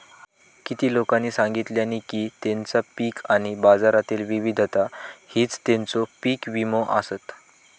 किती लोकांनी सांगल्यानी की तेंचा पीक आणि बाजारातली विविधता हीच तेंचो पीक विमो आसत